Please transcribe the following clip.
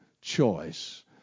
choice